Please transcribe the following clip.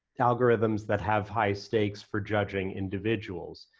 algorithms that have high stakes for judging individuals.